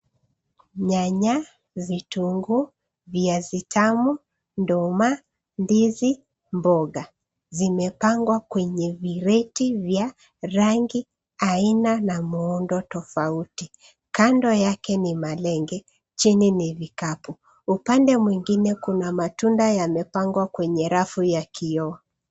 Nyanya, vitunguu, viazi tamu, nduma, ndizi, mboga zimepangwa kwenye vireti vya rangi , aina na muundo tofauti. Kando yake ni malenge chini ni vikapu . Upande mwingine kuna matunda yamepangwa kwenye rafu ya kioo.